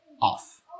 off